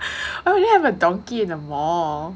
why do you have a donkey in a mall